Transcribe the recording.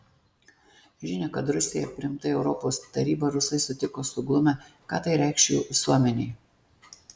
žinią kad rusija priimta į europos tarybą rusai sutiko suglumę ką tai reikš jų visuomenei